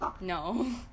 No